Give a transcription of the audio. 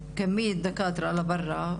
כשהגיעה לבית החולים היו מלא אנשים,